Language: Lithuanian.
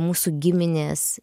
mūsų giminės